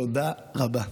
תודה רבה.